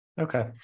Okay